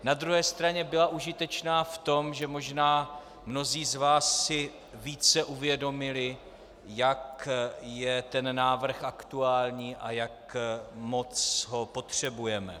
Na druhé straně byla užitečná v tom, že možná mnozí z vás si více uvědomili, jak je ten návrh aktuální a jak moc ho potřebujeme.